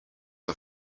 are